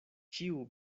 ĉiu